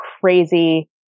crazy